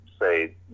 say